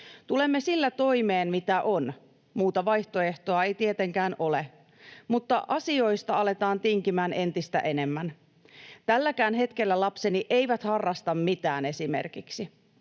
Tulemme sillä toimeen, mitä on. Muuta vaihtoehtoa ei tietenkään ole, mutta asioista aletaan tinkimään entistä enemmän. Tälläkään hetkellä lapseni eivät harrasta mitään, esimerkiksi.